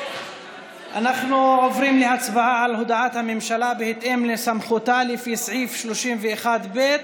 אנחנו עוברים להצבעה על הודעת הממשלה בהתאם לסמכותה לפי סעיף 31(ב)